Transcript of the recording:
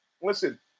listen